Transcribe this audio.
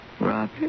Robert